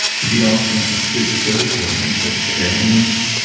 could be all kinds of physical or mental ah ailments.